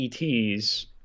ETs